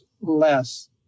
less